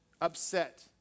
upset